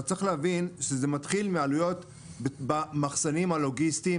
אז צריך להבין שזה מתחיל מעלויות במחסנים הלוגיסטיים